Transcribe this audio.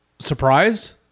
surprised